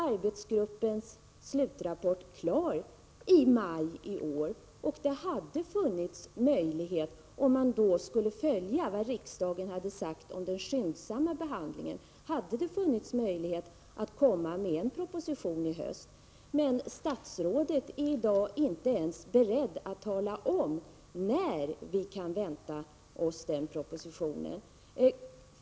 Arbetsgruppens slutrapport låg klar i maj i år, och det hade alltså funnits möjlighet att följa det riksdagen hade sagt om skyndsam behandling och komma med en proposition i höst. Statsrådet är i dag inte ens beredd att tala om när vi kan vänta oss en proposition.